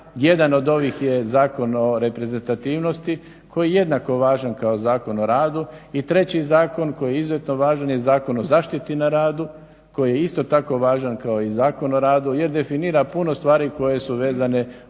Jedan od ovih je zakon o reprezentativnosti koji je jednako važan kao Zakon o radu i treći zakon koji je izuzetno važan je Zakon o zaštiti na radu koji je isto tako važan kao i Zakon o radu jer definira puno stvari koje su vezane uz